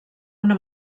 una